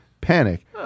panic